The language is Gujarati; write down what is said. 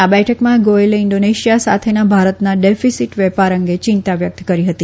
આ બેઠકમાં ગોયલે ઈન્ડોનેશિયા સાથેના ભારતના ડેફીસીટ વેપાર અંગે ચિંતા વ્યકત કરી હતી